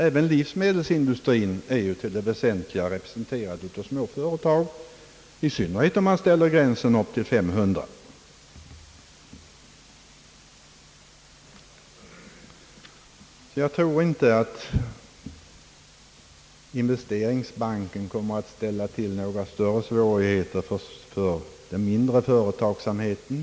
Även livsmedelsindustrin är till det väsentliga representerad av småföretag, i synnerhet om man drar gränsen för dessa vid 500 anställda. Investeringsbanken kommer inte att ställa till med några större svårigheter för den mindre företagsamheten.